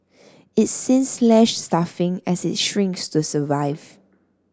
it's since slashed staffing as it shrinks to survive